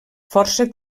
força